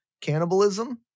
cannibalism